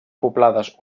poblades